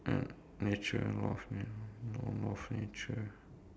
uh nature law of nature